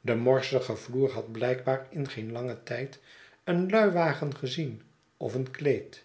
de morsige vloer had blijkbaar in geen langen tijd een luiwagen gezien of een kleed